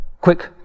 quick